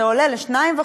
זה עולה ל-2.5,